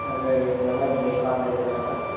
అదే ఎలా ఏ కార్డ్ అయితే ఎలా